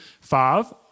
Five